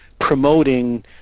promoting